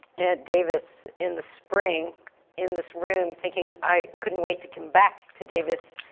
at davis in the spring in this room thinking, i couldn't wait to come back to davis